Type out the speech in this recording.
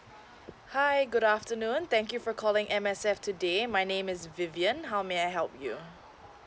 hi good afternoon thank you for calling M_S_F today my name is vivian how may I help you